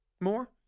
more